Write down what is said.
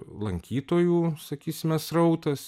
lankytojų sakysime srautas